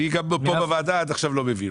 אני גם פה בוועדה עד עכשיו לא מבין.